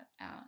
out